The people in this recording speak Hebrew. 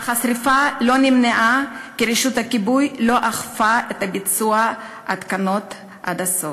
אך השרפה לא נמנעה כי רשות הכיבוי לא אכפה את ביצוע התקנות עד הסוף.